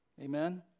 Amen